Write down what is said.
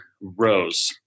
rows